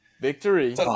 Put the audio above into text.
Victory